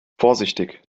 vorsichtig